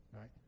Right